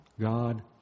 God